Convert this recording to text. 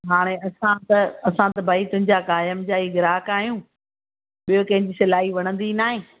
हाणे असां त असां त भई तुंहिंजा क़ाइम जा ई ग्राहक आहियूं ॿियो कंहिंजी सिलाई वणंदी नाहे